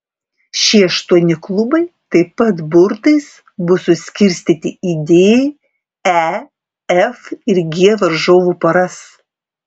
šie aštuoni klubai taip pat burtais bus suskirstyti į d e f ir g varžovų poras